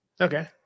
Okay